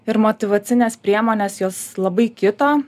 ir motyvacinės priemonės jos labai kito